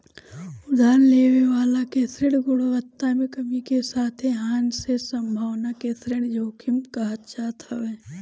उधार लेवे वाला के ऋण गुणवत्ता में कमी के साथे हानि के संभावना के ऋण जोखिम कहल जात हवे